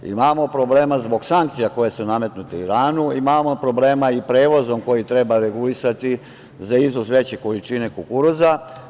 Imamo problema zbog sankcija koje su nametnute Iranu, imamo problema i sa prevozom koji treba regulisati za izvoz veće količine kukuruza.